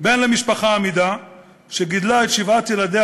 בן למשפחה אמידה שגידלה את שבעת ילדיה